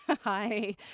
Hi